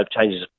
changes